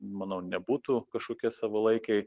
manau nebūtų kažkokie savalaikiai